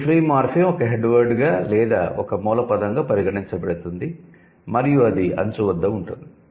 ఈ free morpheme ఒక 'head వర్డ్'గా లేదా ఒక మూల పదంగా పరిగణించబడుతుంది మరియు అది అంచు వద్ద వుంటుంది